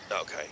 Okay